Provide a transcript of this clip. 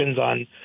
on